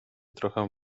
trochę